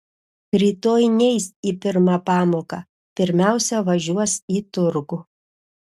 rytoj neis į pirmą pamoką pirmiausia važiuos į turgų